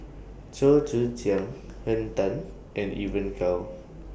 Chua Joon Siang Henn Tan and Evon Kow